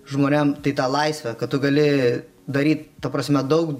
žmonėm tai tą laisvę kad tu gali daryt ta prasme daug